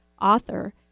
author